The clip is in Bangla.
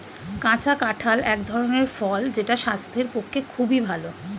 কাঁচা কাঁঠাল এক ধরনের ফল যেটা স্বাস্থ্যের পক্ষে খুবই ভালো